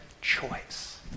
choice